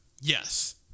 Yes